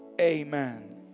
amen